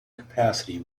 capacity